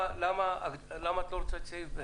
למה את לא רוצה את סעיף (ב).